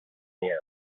clear